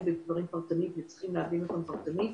בדברים פרטניים וצריכים להבין אותם פרטנית,